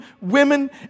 women